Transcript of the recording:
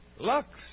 Lux